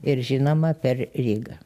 ir žinoma per rygą